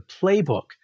playbook